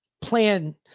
plan